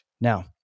Now